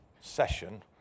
session